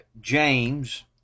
James